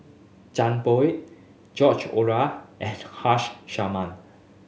Zhang Bohe George Oehler and Haresh Sharma